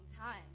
time